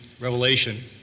Revelation